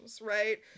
right